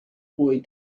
boy